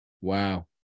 Wow